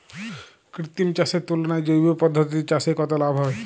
কৃত্রিম চাষের তুলনায় জৈব পদ্ধতিতে চাষে কত লাভ হয়?